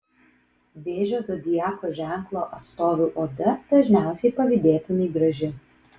vėžio zodiako ženklo atstovių oda dažniausiai pavydėtinai graži